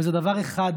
וזה דבר אחד